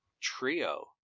trio